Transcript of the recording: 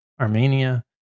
Armenia